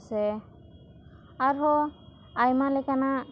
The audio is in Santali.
ᱥᱮ ᱟᱨᱦᱚᱸ ᱟᱭᱢᱟ ᱞᱮᱠᱟᱱᱟᱜ